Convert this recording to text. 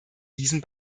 diesen